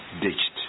ditched